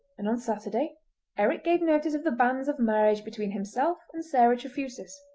and on saturday eric gave notice of the banns of marriage between himself and sarah trefusis.